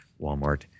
Walmart